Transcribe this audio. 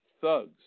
thugs